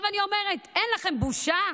אני אומרת, אין לכם בושה?